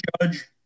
Judge